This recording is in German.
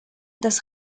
das